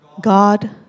God